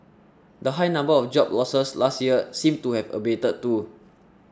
the high number of job losses last year seems to have abated too